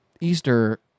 Easter